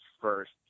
first